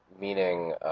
meaning